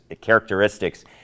characteristics